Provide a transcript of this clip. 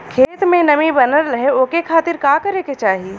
खेत में नमी बनल रहे ओकरे खाती का करे के चाही?